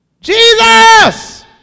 Jesus